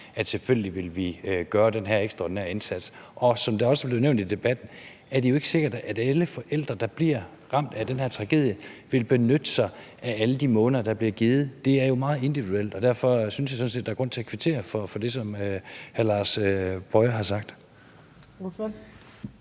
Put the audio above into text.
vi selvfølgelig vil gøre den her ekstraordinære indsats. Som det også er blevet nævnt i debatten, er det jo ikke sikkert, at alle forældre, der bliver ramt af den her tragedie, vil benytte alle de måneder, der bliver givet. Det er jo meget individuelt, og derfor synes jeg sådan set, der er grund til at kvittere for det, som hr. Lars Boje Mathiesen